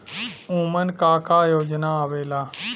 उमन का का योजना आवेला?